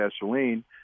gasoline